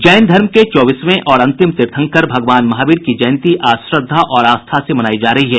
जैन धर्म के चौबीसवें और अंतिम तीर्थंकर भगवान महावीर की जयंती आज श्रद्धा और आस्था से मनाई जा रही है